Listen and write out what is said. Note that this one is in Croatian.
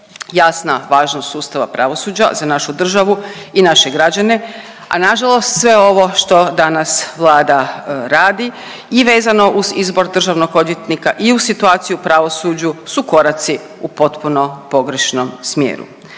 jasna važnost sustava pravosuđa za našu državu i naše građane, a na žalost sve ovo što danas Vlada radi i vezano uz izbor državnog odvjetnika i u situaciji u pravosuđu su koraci u potpuno pogrešnom smjeru.